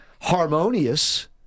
harmonious